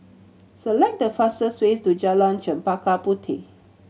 select the fastest way to Jalan Chempaka Puteh